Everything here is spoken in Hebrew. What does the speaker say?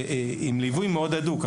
אבל זוהי תכנית עם ליווי מאוד הדוק.